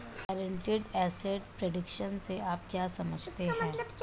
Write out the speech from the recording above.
Guaranteed asset protection से आप क्या समझते हैं?